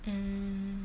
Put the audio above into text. um